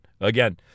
again